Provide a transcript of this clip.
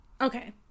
Okay